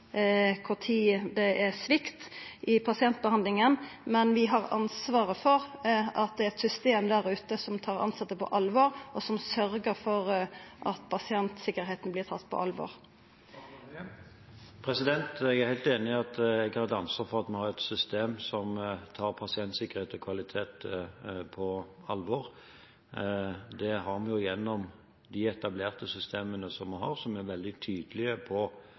det er svikt i pasientbehandlinga, men vi har ansvaret for at det er eit system der ute som tar dei tilsette på alvor, og som sørgjer for at pasientsikkerheita vert tatt på alvor. Jeg er helt enig i at jeg har et ansvar for at vi har et system som tar pasientsikkerhet og kvalitet på alvor. Det har vi gjennom de etablerte systemene vi har, som er veldig tydelige på